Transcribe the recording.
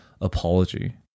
apology